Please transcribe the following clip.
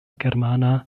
germana